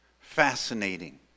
Fascinating